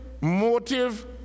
motive